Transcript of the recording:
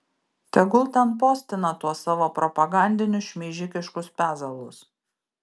tegul ten postina tuos savo propagandinius šmeižikiškus pezalus